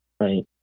Right